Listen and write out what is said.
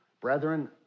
brethren